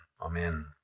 Amen